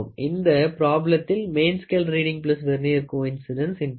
இந்த ப்ராபிளத்தில் main scale reading vernier coincidence X LC